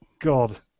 god